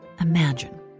imagine